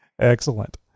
Excellent